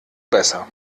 besser